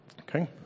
Okay